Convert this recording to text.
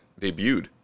debuted